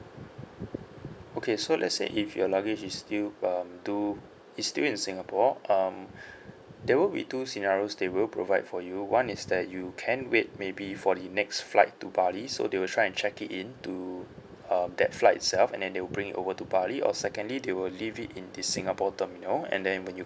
okay so let's say if your luggage is still um do is still in singapore um there will be two scenarios they will provide for you one is that you can wait maybe for the next flight to bali so they will try and check it in to um that flight itself and then they will bring it over to bali or secondly they will leave it in the singapore terminal and then when you